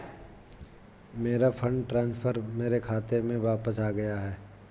मेरा fund transfer मेरे खाते में वापस आ गया है